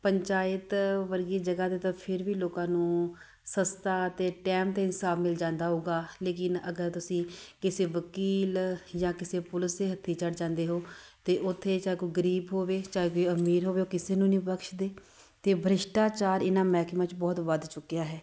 ਪੰਚਾਇਤ ਵਰਗੀ ਜਗ੍ਹਾ 'ਤੇ ਤਾਂ ਫਿਰ ਵੀ ਲੋਕਾਂ ਨੂੰ ਸਸਤਾ ਅਤੇ ਟਾਈਮ 'ਤੇ ਇਨਸਾਫ ਮਿਲ ਜਾਂਦਾ ਹੋਊਗਾ ਲੇਕਿਨ ਅਗਰ ਤੁਸੀਂ ਕਿਸੇ ਵਕੀਲ ਜਾਂ ਕਿਸੇ ਪੁਲਿਸ ਦੇ ਹੱਥੀ ਚੜ ਜਾਂਦੇ ਹੋ ਤਾਂ ਉੱਥੇ ਜਾਂ ਕੋਈ ਗਰੀਬ ਹੋਵੇ ਚਾਹੇ ਕੋਈ ਅਮੀਰ ਹੋਵੇ ਉਹ ਕਿਸੇ ਨੂੰ ਨਹੀਂ ਬਖਸ਼ਦੇ ਅਤੇ ਭ੍ਰਿਸ਼ਟਾਚਾਰ ਇਹਨਾਂ ਮਹਿਕਮਿਆਂ 'ਚ ਬਹੁਤ ਵੱਧ ਚੁੱਕਿਆ ਹੈ